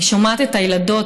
אני שומעת את הילדות,